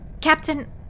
Captain